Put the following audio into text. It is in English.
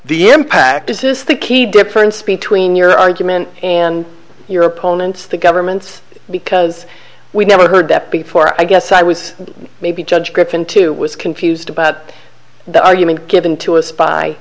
the impact is this the key difference between your argument and your opponents the government because we never heard that before i guess i was maybe judge griffin too was confused about that argument given to us by